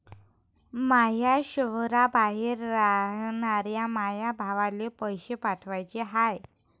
माया शैहराबाहेर रायनाऱ्या माया भावाला पैसे पाठवाचे हाय